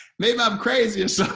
maybe i'm crazy or so